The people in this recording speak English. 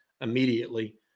immediately